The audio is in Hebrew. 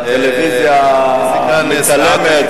הטלוויזיה מצלמת,